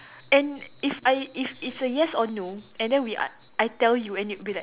and if I if it's a yes or no and then we I I tell you and it'll be like